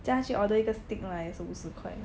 这样去 order 一个 steak lah 也是五十块